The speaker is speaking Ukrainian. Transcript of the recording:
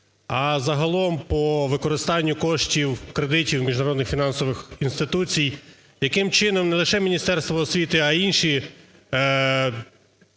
а загалом по використанню коштів, кредитів міжнародних фінансових інституцій, яким чином не лише Міністерство освіти, а й інші